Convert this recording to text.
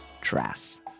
dress